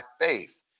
faith